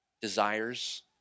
desires